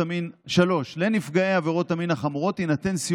3. לנפגעי עבירות המין החמורות יינתן סיוע